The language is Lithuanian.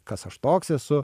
kas aš toks esu